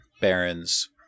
barons